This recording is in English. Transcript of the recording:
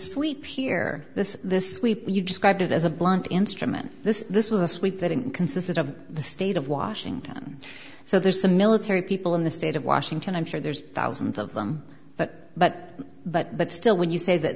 this week here this this week you described it as a blunt instrument this this was a sweep that consisted of the state of washington so there's the military people in the state of washington i'm sure there's thousands of them but but but but still when you say that